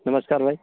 नमस्कार भाई